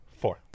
Four